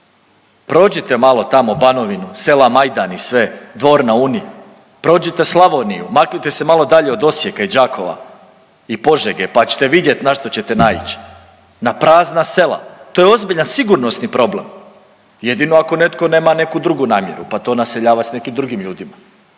Prođite malo tamo Banovinu, sela Majdani sve, Dvor na Uni, prođite Slavoniju, maknite se malo dalje od Osijeka i Đakova i Požege pa ćete vidjet na što ćete naić. Na prazna sela. To je ozbiljan sigurnosni problem. Jedino ako netko nema neku drugu namjeru pa to naseljava s nekim drugim ljudima.